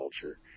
culture